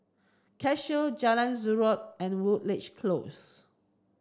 Cashew Jalan Zamrud and Woodleigh Close